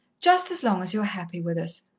just as long as you're happy with us.